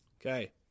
Okay